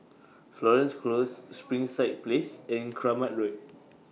Florence Close Springside Place and Kramat Road